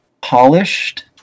polished